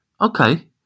okay